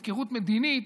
הפקרות מדינית,